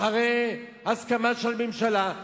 אחרי הסכמה של הממשלה.